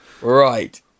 right